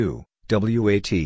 W-A-T